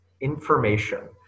information